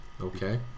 Okay